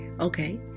Okay